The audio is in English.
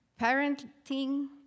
Parenting